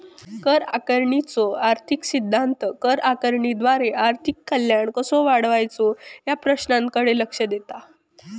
कर आकारणीचो आर्थिक सिद्धांत कर आकारणीद्वारा आर्थिक कल्याण कसो वाढवायचो या प्रश्नाकडे लक्ष देतत